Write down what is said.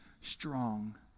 strong